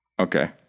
Okay